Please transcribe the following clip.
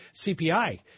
CPI